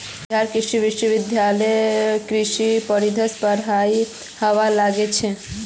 बिहार कृषि विश्वविद्यालयत कृषि पारिस्थितिकीर पढ़ाई हबा लागिल छ